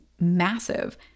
massive